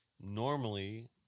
normally